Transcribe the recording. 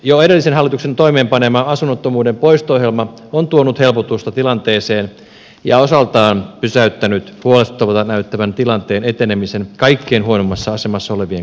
jo edellisen hallituksen toimeenpanema asunnottomuuden poisto ohjelma on tuonut helpotusta tilanteeseen ja osaltaan pysäyttänyt huolestuttavalta näyttävän tilanteen etenemisen kaikkein huonoimmassa asemassa olevien kohdalla